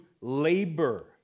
labor